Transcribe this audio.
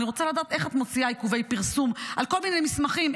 אני רוצה לדעת איך את מוציאה עיכובי פרסום על כל מיני מסמכים.